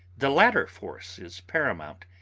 the latter force is paramount,